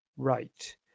Right